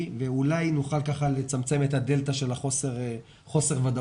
וכך אולי נוכל לצמצם את הדלתא של חוסר הוודאות.